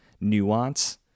nuance